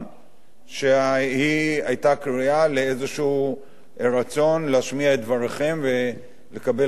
שהיתה קריאה לאיזה רצון להשמיע את דבריכם ולקבל גם תגובה מהשר.